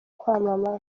kwamamaza